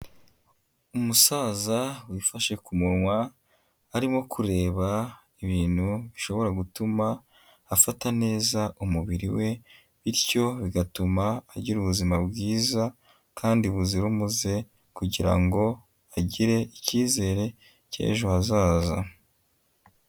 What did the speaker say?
Umusaza wifashe ku munwa, arimo kureba ibintu bishobora gutuma afata neza umubiri we bityo bigatuma agira ubuzima bwiza kandi buzira umuze kugira ngo agire icyizere cy'ejo hazaza.